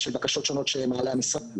של בקשות שונות שמעלה המשרד.